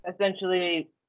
essentially